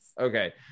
Okay